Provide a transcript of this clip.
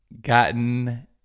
gotten